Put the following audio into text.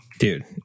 Dude